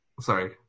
Sorry